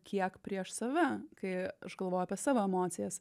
kiek prieš save kai aš galvoju apie savo emocijas